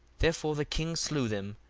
therefore the king slew them,